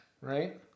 Right